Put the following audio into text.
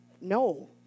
No